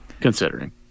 considering